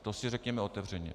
To si řekněme otevřeně.